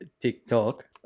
TikTok